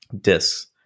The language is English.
discs